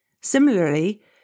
Similarly